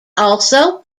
also